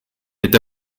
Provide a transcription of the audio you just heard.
n’est